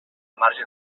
marge